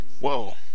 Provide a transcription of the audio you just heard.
Whoa